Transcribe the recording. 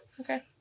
Okay